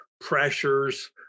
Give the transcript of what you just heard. pressures